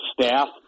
staff